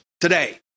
today